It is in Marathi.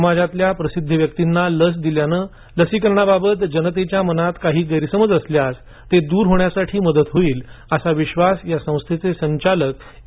समाजातल्या प्रसिध्द व्यक्तींना लस दिल्यानं लसीकरणाबाबत जनतेच्या मनात काही गैरसमज असल्यास ते दूर होण्यास मदत होईल असा विश्वास या संस्थेचे संचालक ए